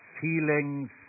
feelings